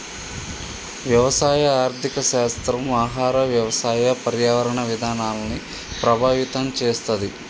వ్యవసాయ ఆర్థిక శాస్త్రం ఆహార, వ్యవసాయ, పర్యావరణ విధానాల్ని ప్రభావితం చేస్తది